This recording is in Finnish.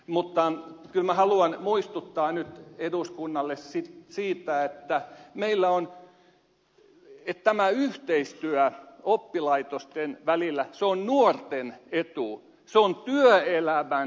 mutta kyllä minä haluan muistuttaa nyt eduskunnalle siitä että tämä yhteistyö oppilaitosten välillä se on nuorten etu se on työelämän etu